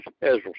Israel